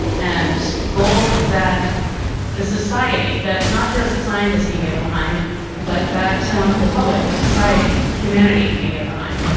and goals that the society, that not just scientists can get behind but that um the public, the society, humanity can get behind.